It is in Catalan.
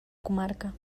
comarca